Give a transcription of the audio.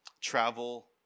travel